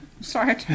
Sorry